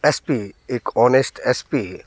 S P एक honest S P